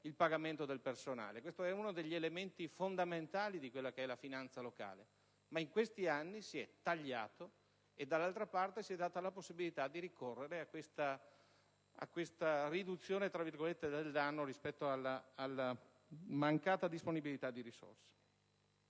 il pagamento del personale. Questo è uno degli elementi fondamentali della finanza locale. Ma in questi anni si è tagliato e dall'altra parte si è data la possibilità di ricorrere a questa «riduzione del danno» rispetto alla mancata disponibilità di risorse.